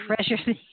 treasure